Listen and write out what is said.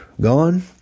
gone